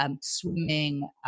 Swimming